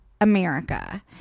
America